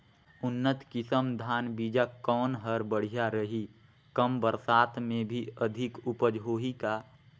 उन्नत किसम धान बीजा कौन हर बढ़िया रही? कम बरसात मे भी अधिक उपज होही का?